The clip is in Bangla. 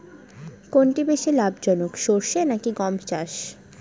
কোনটি বেশি লাভজনক সরষে নাকি গম চাষ?